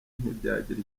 ntibyagira